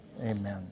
amen